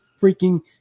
freaking